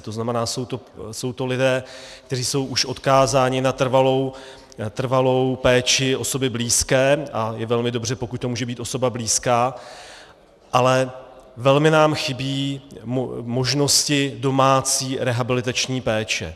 To znamená, jsou to lidé, kteří jsou už odkázáni na trvalou péči osoby blízké, a je velmi dobře, pokud to může být osoba blízká, ale velmi nám chybí možnosti domácí rehabilitační péče.